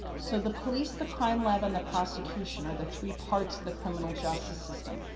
so, the police, the crime lab, and the prosecution are the three parts of the criminal justice system.